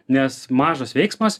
nes mažas veiksmas